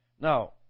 Now